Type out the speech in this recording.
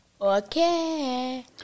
Okay